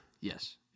Yes